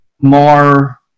more